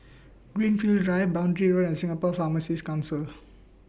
Greenfield Drive Boundary Road and Singapore Pharmacies Council